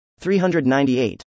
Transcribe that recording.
398